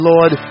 Lord